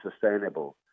sustainable